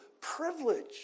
privilege